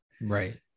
Right